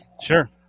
sure